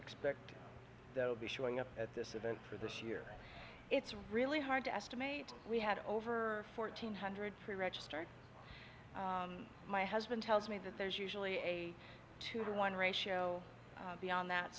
expect there will be showing up at this event for this year it's really hard to estimate we had over fourteen hundred pre registered my husband tells me that there's usually a two to one ratio beyond that